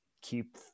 keep